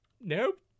nope